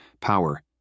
power